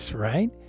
Right